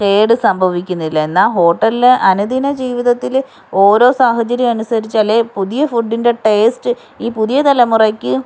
കേട് സംഭവികുന്നില്ല എന്നാൽ ഹോട്ടൽലെ അനുദിന ജീവിതത്തിൽ ഓരോ സാഹചര്യമനുസരിച്ചല്ലേ പുതിയ ഫുഡിൻ്റെ ടേസ്റ്റ് ഈ പുതിയ തലമുറക്ക്